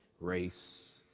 race,